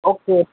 okay